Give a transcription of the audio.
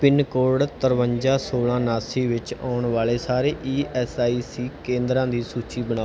pin code ਤਰਵੰਜਾ ਸੋਲ਼੍ਹਾਂ ਉਨਾਸੀ ਵਿੱਚ ਆਉਣ ਵਾਲੇ ਸਾਰੇ ਈ ਐੱਸ ਆਈ ਸੀ ਕੇਂਦਰਾਂ ਦੀ ਸੂਚੀ ਬਣਾਓ